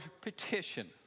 petition